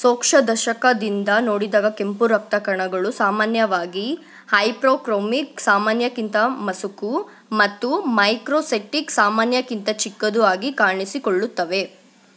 ಸೂಕ್ಷ್ಮ ದರ್ಶಕದಿಂದ ನೋಡಿದಾಗ ಕೆಂಪು ರಕ್ತ ಕಣಗಳು ಸಾಮಾನ್ಯವಾಗಿ ಹೈಪೋಕ್ರೊಮಿಕ್ ಸಾಮಾನ್ಯಕ್ಕಿಂತ ಮುಸುಕು ಮತ್ತು ಮೈಕ್ರೊಸೆಕ್ಟಿಕ್ ಸಾಮಾನ್ಯಕ್ಕಿಂತ ಚಿಕ್ಕದು ಆಗಿ ಕಾಣಿಸಿಕೊಳ್ಳುತ್ತವೆ